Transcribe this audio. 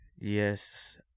Yes